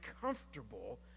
comfortable